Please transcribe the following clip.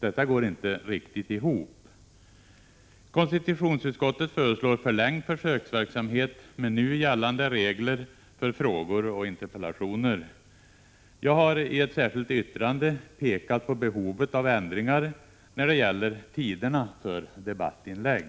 Detta går inte riktigt ihop. Konstitutionsutskottet föreslår förlängd försöksverksamhet med nu gällande regler för frågor och interpellationer. Jag har i ett särskilt yttrande pekat på behovet av ändringar när det gäller tiderna för debattinlägg.